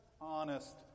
honest